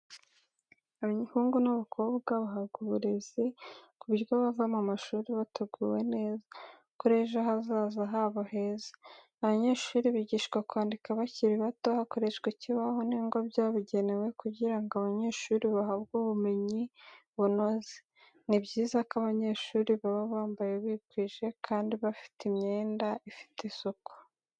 Abahungu n’abakobwa bahabwa uburezi, ku buryo bava mu mashuri bateguwe neza kuri ejo hazaza habo heza. Abanyeshuri bigishwa kwandika bakiri bato, hakoresha ikibaho n'ingwa byabugenewe kugira ngo abanyeshuri bahabwe ubumenyi bunoze. Ni byiza ko abanyeshuri baba bambaye bikwije kandi imyenda ifite isuku.